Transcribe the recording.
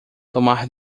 tomar